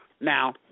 now